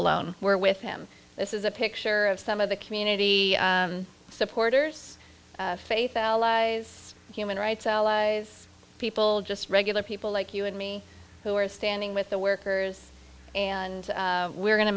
alone where with him this is a picture of some of the community supporters faith allies human rights allies people just regular people like you and me who are standing with the workers and we're going to